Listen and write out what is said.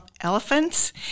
Elephants